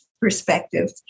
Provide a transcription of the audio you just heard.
perspective